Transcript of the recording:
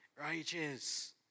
Righteous